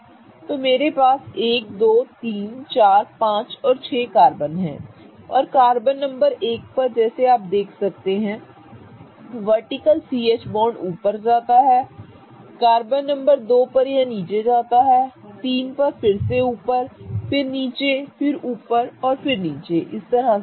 ठीक है इसलिए मेरे पास 1 2 3 4 5 और 6 है और कार्बन नंबर 1 पर जैसा कि आप देख सकते हैं वर्टिकल C H बॉन्ड ऊपर जाता है कार्बन नंबर 2 पर यह नीचे जाता है कार्बन नंबर 3 पर यह फिर से ऊपर जाता है फिर नीचे फिर ऊपर और फिर नीचे सही